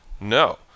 No